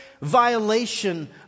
violation